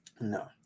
no